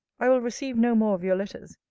i will receive no more of your letters.